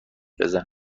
بزن